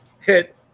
Hit